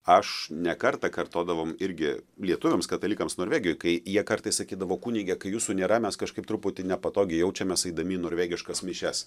aš ne kartą kartodavom irgi lietuviams katalikams norvegijoj kai jie kartais sakydavo kunige kai jūsų nėra mes kažkaip truputį nepatogiai jaučiamės eidami į norvegiškas mišias